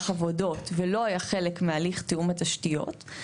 עבודות ולא היה חלק מהליך תיאום התשתיות,